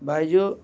Byju